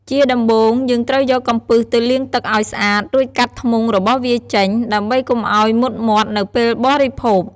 ជាដំំបូង យើងត្រូវយកកំពឹសទៅលាងទឹកឱ្យស្អាត រួចកាត់ធ្មុងរបស់វាចេញ ដើម្បីកុំឱ្យមុតមាត់នៅពេលបរិភោគ។